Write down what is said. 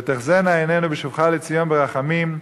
ותחזינה עינינו בשובך לציון ברחמים,